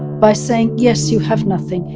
by saying yes, you have nothing.